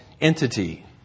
entity